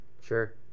Sure